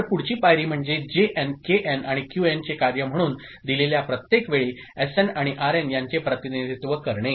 तर पुढची पायरी म्हणजे जेएन केएन आणि क्यूएन चे कार्य म्हणून दिलेल्या प्रत्येक वेळी एसएन आणि आरएन यांचे प्रतिनिधित्व करणे